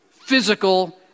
physical